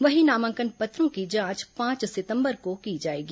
वहीं नामांकन पत्रों की जांच पांच सितंबर को की जाएगी